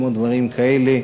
או דברים כאלה,